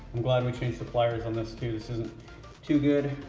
i'm glad we changed suppliers on this too, this isn't too good,